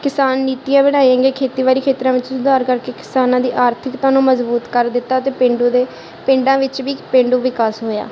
ਕਿਸਾਨ ਨੀਤੀਆਂ ਬਣਾਈਆਂ ਗਈਆਂ ਖੇਤੀਬਾਰੀ ਖੇਤਰਾਂ ਵਿੱਚ ਸੁਧਾਰ ਕਰਕੇ ਕਿਸਾਨਾਂ ਦੀ ਆਰਥਿਕਤਾ ਨੂੰ ਮਜ਼ਬੂਤ ਕਰ ਦਿੱਤਾ ਅਤੇ ਪੇਂਡੂ ਦੇ ਪਿੰਡਾਂ ਵਿੱਚ ਵੀ ਪੇਂਡੂ ਵਿਕਾਸ ਹੋਇਆ